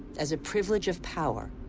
as a privilege of power,